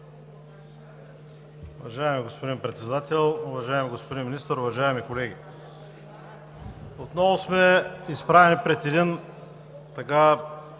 Уважаеми господин Председател, уважаеми господин Министър, уважаеми колеги! Отново сме изправени пред един